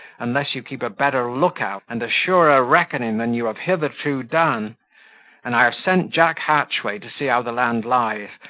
unless you keep a better look-out and a surer reckoning than you have hitherto done and i have sent jack hatchway to see how the land lies,